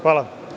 Hvala.